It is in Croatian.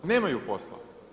Nemaju posla.